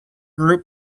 group